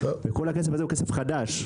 וכל הכסף הזה הוא כסף חדש,